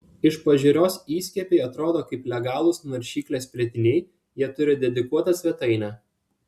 iš pažiūros įskiepiai atrodo kaip legalūs naršyklės plėtiniai jie turi dedikuotą svetainę